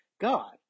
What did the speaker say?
God